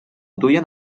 duien